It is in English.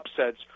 upsets